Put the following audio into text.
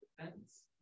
Defense